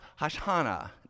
Hashanah